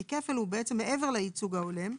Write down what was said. כי כפל הוא מעבר לייצוג ההולם.